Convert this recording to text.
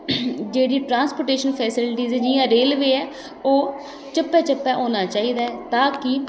जेह्ड़ी transportation facilities जि'यां railway ऐ ओह् चप्पे चप्पे होना चाहिदा ऐ ता कि